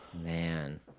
Man